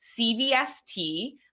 CVST